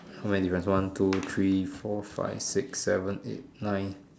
how many you got one two three four five six seven eight nine